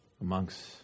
amongst